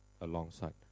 alongside